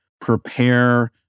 prepare